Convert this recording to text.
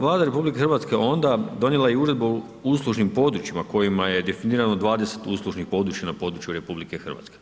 Vlada RH onda donijela je i Uredbu o uslužnim područjima kojima je definirano 20 uslužnih područja na području RH.